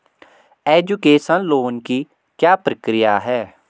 Education loan की क्या प्रक्रिया है?